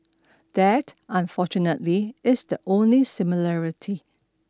that unfortunately is the only similarity